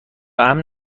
امن